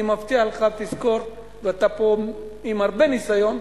אני מבטיח לך, תזכור, ואתה פה עם הרבה ניסיון,